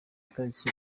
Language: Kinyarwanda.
itariki